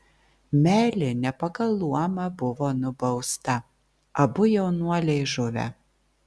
meilė ne pagal luomą buvo nubausta abu jaunuoliai žuvę